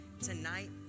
tonight